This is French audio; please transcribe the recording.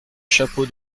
chapeau